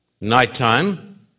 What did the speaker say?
Nighttime